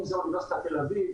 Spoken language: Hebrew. אם זו אוניברסיטת תל-אביב,